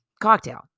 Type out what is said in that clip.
cocktail